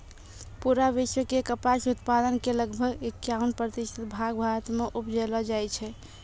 पूरा विश्व के कपास उत्पादन के लगभग इक्यावन प्रतिशत भाग भारत मॅ उपजैलो जाय छै